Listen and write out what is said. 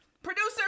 Producer